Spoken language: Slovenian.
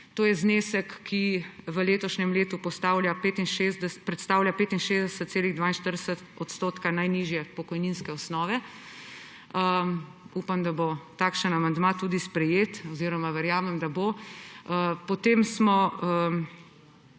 To je znesek, ki v letošnjem letu predstavlja 65,42 % najnižje pokojninske osnove. Upam, da bo takšen amandma tudi sprejet, oziroma verjamem, da bo. Potem smo